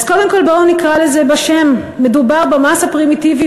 אז קודם כול בואו נקרא לזה בשם: מדובר במס הפרימיטיבי,